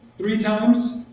three times?